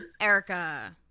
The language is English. erica